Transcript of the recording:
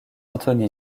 anthony